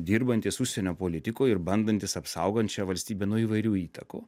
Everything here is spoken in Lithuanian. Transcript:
dirbantis užsienio politikoj ir bandantis apsaugant šią valstybę nuo įvairių įtakų